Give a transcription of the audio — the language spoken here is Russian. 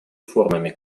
формами